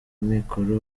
amikoro